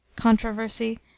Controversy